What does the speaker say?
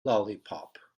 lollipop